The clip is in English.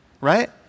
right